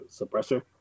suppressor